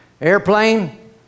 Airplane